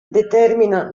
determina